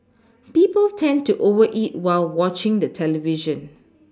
people tend to over eat while watching the television